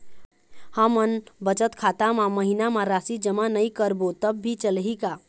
हमन बचत खाता मा महीना मा राशि जमा नई करबो तब भी चलही का?